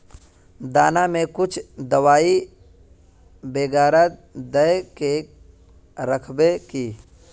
दाना में कुछ दबाई बेगरा दय के राखबे की?